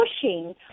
pushing